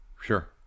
Sure